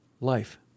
life